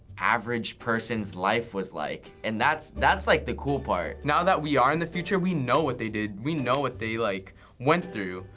average person's life was like, and that's that's like the cool part. now that we are in the future, we know what they did. we know what they like went through.